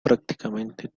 prácticamente